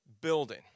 building